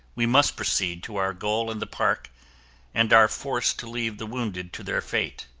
we must proceed to our goal in the park and are forced to leave the wounded to their fate.